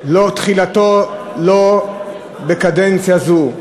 תחילתו לא בקדנציה זו.